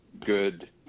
good